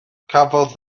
cafodd